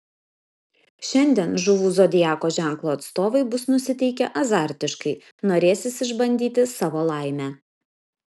šiandien žuvų zodiako ženklo atstovai bus nusiteikę azartiškai norėsis išbandyti savo laimę